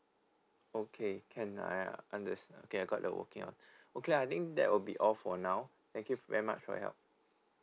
okay can I understand okay I got the working hour okay I think that will be all for now thank you very much for your help